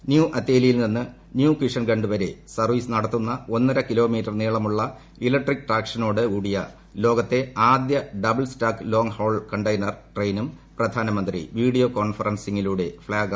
new അതേലിയിൽ നിന്ന് new Kishangarh വരെ സർവീസ് നടത്തുന്ന ഒന്നരകിലോമീറ്റർ നീളമുള്ളൂ ഇലക്ട്രിക് ട്രാക്ഷനോട് കൂടിയ ലോകത്തെ ആദ്യ double stack long haul container ട്രെയിനും പ്രധാനമിന്റി ് വീഡിയോ കോൺഫെറൻസിങ്ങിലൂടെ ഫ്ളാഗ് ഓഫ് ചെയ്തു